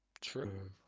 true